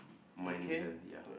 mine isn't ya